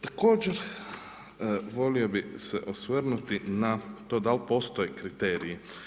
Također volio bih se osvrnuti na to da li postoje kriteriji.